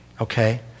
okay